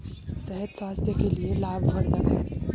शहद स्वास्थ्य के लिए लाभवर्धक है